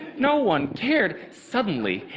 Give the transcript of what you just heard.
no one cared. suddenly,